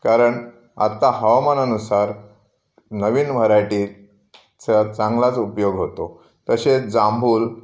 कारण आता हवामानानुसार नवीन व्हरायटी च चांगलाच उपयोग होतो तसेच जांभूळ